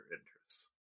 interests